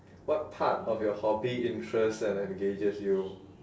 what part of your hobby interests and engages you